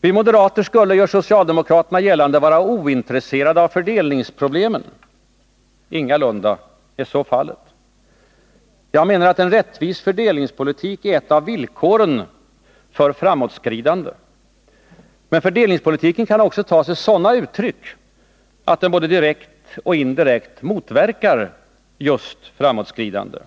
Vi moderater skulle, gör socialdemokraterna gällande, vara ointresserade av fördelningsproblemen. Ingalunda är så fallet. Jag menar att en rättvis fördelningspolitik är ett av villkoren för framåtskridande. Men fördelningspolitiken kan också ta sig sådana uttryck att den både direkt och indirekt motverkar just framåtskridande.